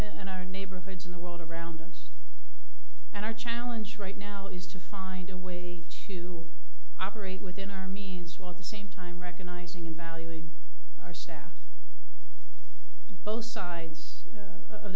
and our neighborhoods in the world around us and our challenge right now is to find a way to operate within our means while at the same time recognising in valuing our staff both sides of